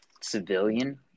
civilian